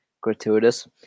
gratuitous